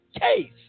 case